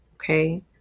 Okay